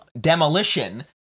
demolition